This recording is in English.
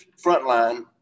frontline